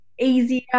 easier